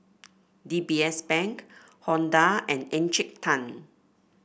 D B S Bank Honda and Encik Tan